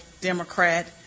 Democrat